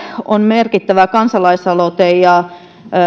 on merkittävä kansalaisaloite ja